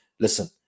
listen